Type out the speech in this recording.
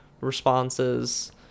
responses